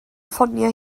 ffonio